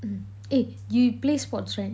eh you play sports right